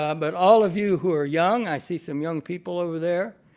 um but all of you who are young, i see some young people over there,